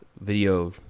video